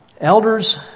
Elders